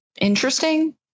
interesting